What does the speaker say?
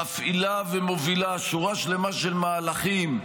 מפעילה ומובילה שורה שלמה של מהלכים,